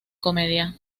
comedia